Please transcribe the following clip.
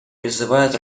призывает